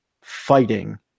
fighting